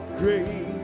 grace